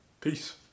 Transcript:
Peace